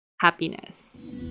happiness